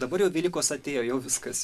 dabar jau velykos atėjo jau viskas